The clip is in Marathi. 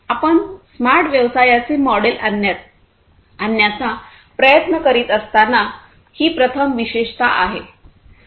आपण स्मार्ट व्यवसायाचे मॉडेल आणण्याचा प्रयत्न करीत असताना ही प्रथम विशेषता आहे